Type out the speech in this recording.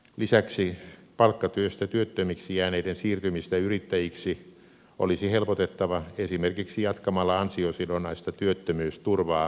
lisäksi palkkatyöstä työttömiksi jääneiden siirtymistä yrittäjiksi olisi helpotettava esimerkiksi jatkamalla ansiosidonnaista työttömyysturvaa määräajaksi